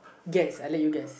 guess I let you guess